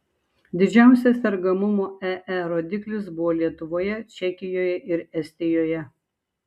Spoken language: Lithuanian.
didžiausias sergamumo ee rodiklis buvo lietuvoje čekijoje ir estijoje